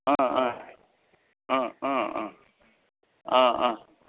अँ अँ अँ अँ अँ अँ अँ